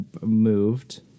moved